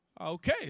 Okay